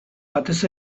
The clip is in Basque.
batez